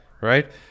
Right